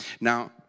Now